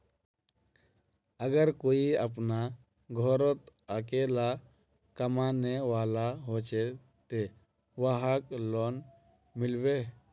अगर कोई अपना घोरोत अकेला कमाने वाला होचे ते वहाक लोन मिलबे?